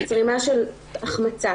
צרימה של החמצה,